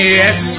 yes